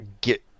get